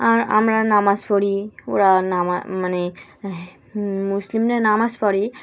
আর আমরা নামাজ পড়ি ওরা নাম মানে মুসলিমরা নামাজ পড়ে